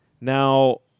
Now